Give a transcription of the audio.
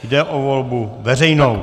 Jde o volbu veřejnou.